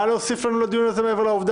בשביל מה שכל פעם נתכנס מחדש.